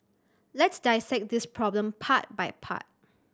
let's dissect this problem part by part